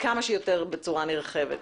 כמה שיותר בצורה נרחבת.